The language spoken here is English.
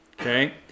Okay